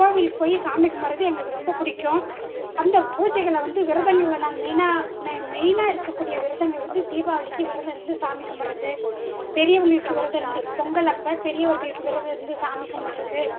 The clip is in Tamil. கோயிலுக்குப் போய் சாமி கும்பிட்றது எங்களுக்கு ரொம்ப பிடிக்கும் அந்த பூஜைகளை வந்து விரதங்களில் நாங்கள் மெயினாக நாங்கள் மெயினாக இருக்கக் கூடிய விரதங்கள் வந்து தீபாவளிக்கு விரதம் இருந்து சாமி கும்பிட்றது பெரியவங்களுக்கு விரதம் இருந்து பொங்கல் அப்போ பெரியவர்களுக்கு விரதம் இருந்து சாமி கும்பிட்றது